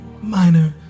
minor